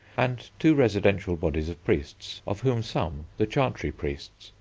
and two residential bodies of priests, of whom some, the chantry priests,